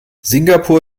singapur